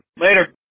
Later